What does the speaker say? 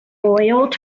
boiled